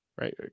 right